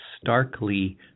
starkly